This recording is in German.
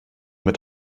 mit